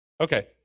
Okay